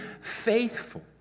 faithful